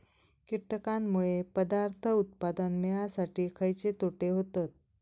कीटकांनमुळे पदार्थ उत्पादन मिळासाठी खयचे तोटे होतत?